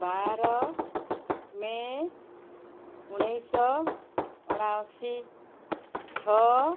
ବାର ମେ ଉଣେଇଶହ ଅଣାଅଶୀ ଛଅ